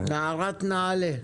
נוער עולה.